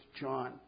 John